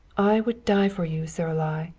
i would die for you, saralie!